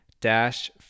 dash